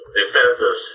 defenses